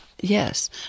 Yes